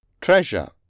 Treasure